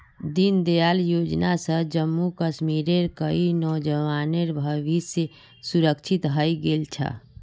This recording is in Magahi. दीनदयाल योजना स जम्मू कश्मीरेर कई नौजवानेर भविष्य सुरक्षित हइ गेल छ